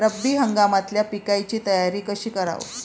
रब्बी हंगामातल्या पिकाइची तयारी कशी कराव?